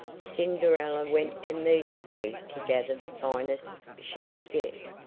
cinderella went immediately to gather the finest she could get,